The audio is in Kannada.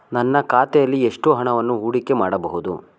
ನನ್ನ ಖಾತೆಯಲ್ಲಿ ಎಷ್ಟು ಹಣವನ್ನು ಹೂಡಿಕೆ ಮಾಡಬಹುದು?